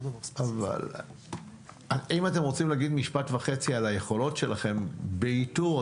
אם אתם רוצים להגיד משפט וחצי על היכולות שלכם באיתור,